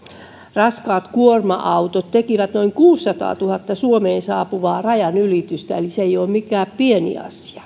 raskaat kuorma autot tekivät noin kuuteensataantuhanteen suomeen saapuvaa rajanylitystä eli se ei ole mikään pieni